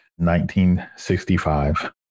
1965